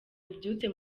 ububyutse